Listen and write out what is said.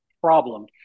problem